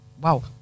wow